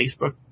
Facebook